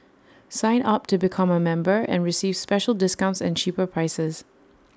sign up to become A member and receive special discounts and cheaper prices